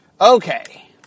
Okay